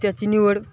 त्याची निवड